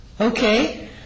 Okay